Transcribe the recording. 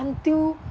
until